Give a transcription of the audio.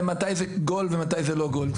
מתי זה גול ומתי זה לא גול.